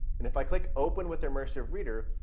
and if i click open with immersive reader,